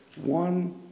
one